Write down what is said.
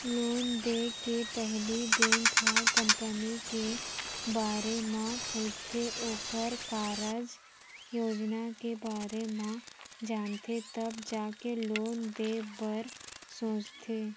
loan देय के पहिली बेंक ह कंपनी के बारे म पूछथे ओखर कारज योजना के बारे म जानथे तब जाके लोन देय बर सोचथे